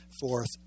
forth